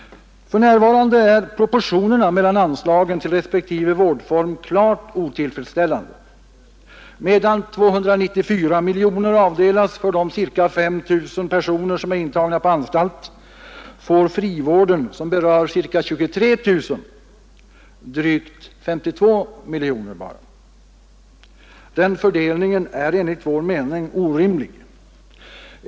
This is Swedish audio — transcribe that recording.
För närvarande är proportionerna mellan anslagen till respektive vårdform klart otillfredsställande. Medan 294 miljoner kronor avdelas för de ca 5 000 personer som är intagna på anstalt, får frivården, som berör ca 23 000 personer, drygt 52 miljoner. Den fördelningen är enligt vår mening orimlig.